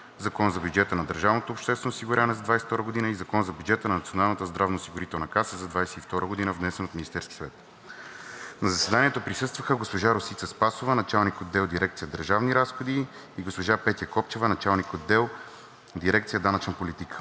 Закона за бюджета на държавното обществено осигуряване за 2022 г. и Закона за бюджета на Националната здравноосигурителна каса за 2022 г., внесен от Министерския съвет. На заседанието присъстваха госпожа Росица Спасова – началник-отдел в дирекция „Държавни разходи“, и госпожа Петя Копчева – началник-отдел в дирекция „Данъчна политика“.